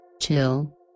Chill